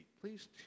please